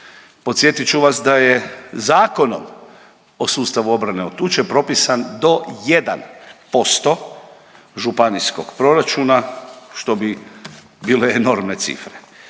Podsjetit ću vas da je zakonom o sustavu obrane od tuče propisan do 1% županijskog proračuna što bi bile enormne cifre.